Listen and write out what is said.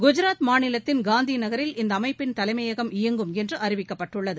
குஜராத் மாநிலத்தின் காந்திநகரில் இந்தஅமைப்பின் தலைமையகம் இயங்கும் என்றுஅறிவிக்கப்பட்டுள்ளது